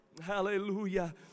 Hallelujah